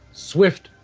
swift,